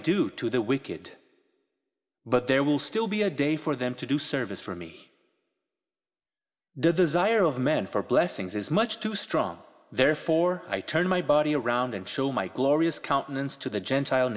do to the wicked but there will still be a day for them to do service for me the desire of men for blessings is much too strong therefore i turn my body around and show my glorious countenance to the gentile